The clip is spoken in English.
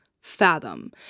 fathom